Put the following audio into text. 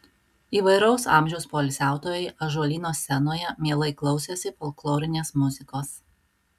įvairaus amžiaus poilsiautojai ąžuolyno scenoje mielai klausėsi folklorinės muzikos